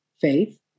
faith